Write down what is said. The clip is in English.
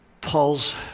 Paul's